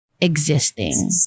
existing